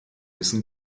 wissen